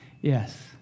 Yes